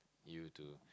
you to